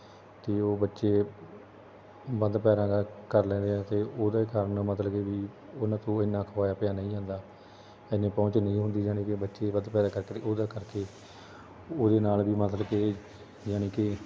ਅਤੇ ਉਹ ਬੱਚੇ ਵੱਧ ਪੈਦਾ ਕਰ ਕਰ ਲੈਂਦੇ ਆ ਅਤੇ ਉਹਦੇ ਕਾਰਨ ਮਤਲਬ ਕਿ ਵੀ ਉਹਨਾਂ ਤੋਂ ਇੰਨਾ ਖਵਾਇਆ ਪਿਆਇਆ ਨਹੀਂ ਜਾਂਦਾ ਐਨੇ ਪਹੁੰਚ ਨਹੀਂ ਹੁੰਦੀ ਜਾਣੀ ਕਿ ਬੱਚੇ ਵੱਧ ਪੈਦਾ ਕਰਕੇ ਅਤੇ ਉਹਦਾ ਕਰਕੇ ਉਹਦੇ ਨਾਲ ਵੀ ਮਤਲਬ ਕਿ ਜਾਣੀ ਕਿ